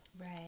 right